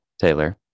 Taylor